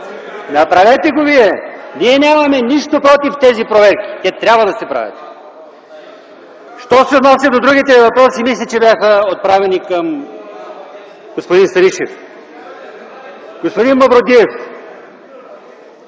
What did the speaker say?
Направете го Вие. Ние нямаме нищо против тези проверки, те трябва да се правят. Що се отнася до другите въпроси, мисля, че бяха отправени към господин Станишев. Господин Мавродиев,